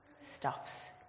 stops